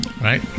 Right